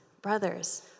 Brothers